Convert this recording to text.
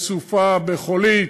בסופה, בחולית,